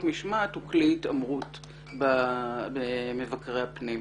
משמעת הוא כלי התעמרות במבקרי הפנים.